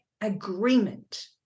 agreement